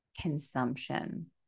consumption